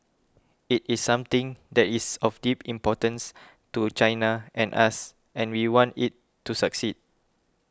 it is something that is of deep importance to China and us and we want it to succeed